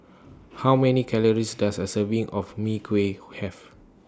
How Many Calories Does A Serving of Mui Kee Have